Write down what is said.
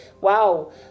Wow